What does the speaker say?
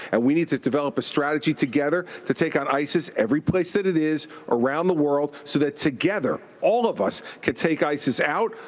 and we need to develop a strategy together to take on isis every place that it is around the world, so that together, all of us can take isis out,